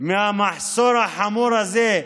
מהמחסור החמור הזה,